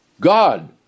God